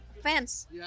fans